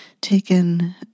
taken